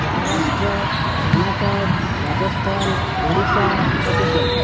Maharashtra Karnataka Rajasthan Odisha Chhattisgarh